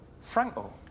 Franco